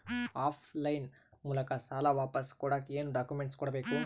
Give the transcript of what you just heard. Of line ಮೂಲಕ ಸಾಲ ವಾಪಸ್ ಕೊಡಕ್ ಏನು ಡಾಕ್ಯೂಮೆಂಟ್ಸ್ ಕೊಡಬೇಕು?